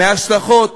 מההשלכות,